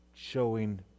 Showing